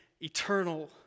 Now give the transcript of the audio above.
eternal